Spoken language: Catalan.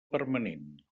permanent